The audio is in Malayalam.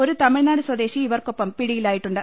ഒരു തമി ഴ്നാട് സ്വദേശി ഇവർക്കൊപ്പം പിടിയിലായിട്ടുണ്ട്